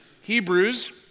Hebrews